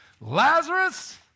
Lazarus